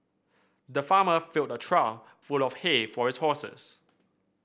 the farmer filled a trough full of hay for his horses